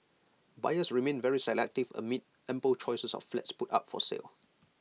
buyers remain very selective amid ample choices of flats put up for sale